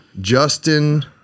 Justin